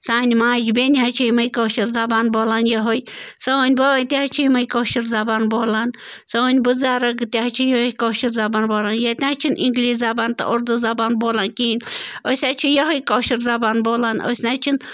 سانہِ ماجہٕ بٮ۪نہِ حظ چھِ یِمَے کٲشِر زبان بولان یِہَے سٲنۍ بٲے تہِ حظ چھِ یِمَے کٲشِر زبان بولان سٲنۍ بُزرَگ تہِ حظ چھِ یِہَے کٲشِر زبان بولان ییٚتہِ نہَ حظ چھِنہٕ اِنٛگلِش زبان تہٕ اُردو زبان بولان کِہیٖنٛۍ أسۍ حظ چھِ یِہَے کٲشِر زبان بولان أسۍ نہَ حظ چھِنہٕ